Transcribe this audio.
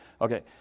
okay